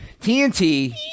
TNT